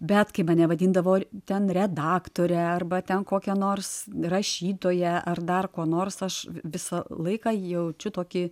bet kai mane vadindavo ten redaktore arba ten kokia nors rašytoja ar dar kuo nors aš visą laiką jaučiu tokį